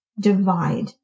divide